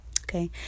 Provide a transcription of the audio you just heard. okay